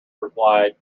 replied